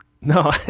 No